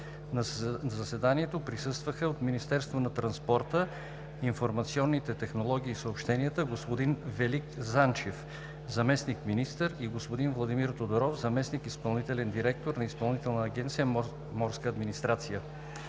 На заседанието присъстваха: от Министерството на транспорта, информационните технологии и съобщенията – господин Велик Занчев – заместник-министър, и господин Владимир Тодоров – заместник изпълнителен директор на Изпълнителна агенция „Морска администрация“.